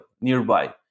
nearby